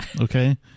okay